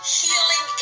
healing